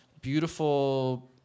beautiful